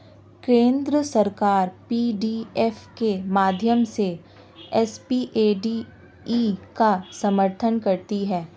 केंद्र सरकार पी.डी.एफ के माध्यम से एस.पी.ए.डी.ई का समर्थन करती है